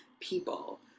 people